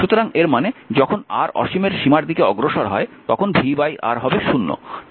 সুতরাং এর মানে যখন R অসীমের সীমার দিকে অগ্রসর হয় তখন vR হবে 0